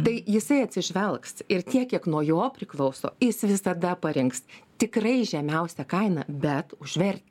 tai jisai atsižvelgs ir tiek kiek nuo jo priklauso jis visada parinks tikrai žemiausią kainą bet už vertę